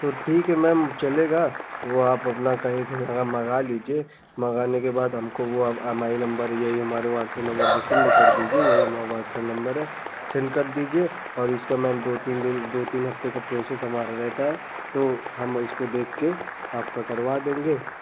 तो ठीक हे मैम चलेगा वह आप अपना कहीं से मँगा लीजिए मँगाने के बाद हमको वह एम आइ नंबर यही हमारे वाटसप नंबर पर सेन्ड कर दीजिए यही हमारा वाटसप नंबर है सेन्ड कर दीजिए और इसका नाम दो तीन दिन दो तीन हफ़्ते का प्रोसेस हमारा रहता है हम इसको देख कर आपका करवा देंगे